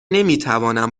نمیتوانم